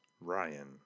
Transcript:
Ryan